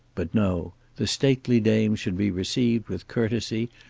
but no the stately dame should be received with courtesy,